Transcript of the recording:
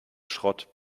schrott